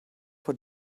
for